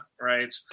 right